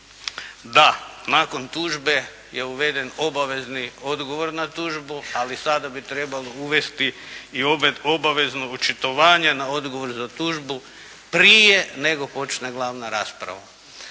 da nakon tužbe je uveden obavezni odgovor na tužbu ali sada bi trebalo uvesti i obavezno očitovanje za odgovor za tužbu prije nego počne glavna rasprava.